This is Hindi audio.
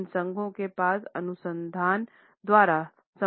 इन संघों के पास अनुसंधान द्वारा समर्थित तथ्य है